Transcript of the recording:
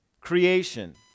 creation